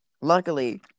Luckily